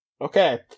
Okay